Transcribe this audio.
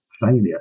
failure